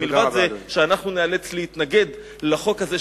מלבד זה שאנחנו ניאלץ להתנגד לחוק הזה,